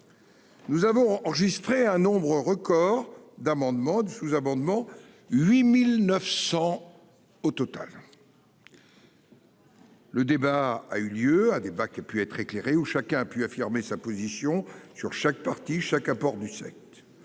Nous avons enregistré un nombre record d'amendements de sous-amendements, 8900 au total. Le débat a eu lieu à débat qui ait pu être éclairés où chacun a pu affirmer sa position sur chaque parti, chaque apport du.